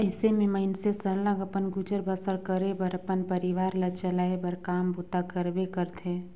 अइसे में मइनसे सरलग अपन गुजर बसर करे बर अपन परिवार ल चलाए बर काम बूता करबे करथे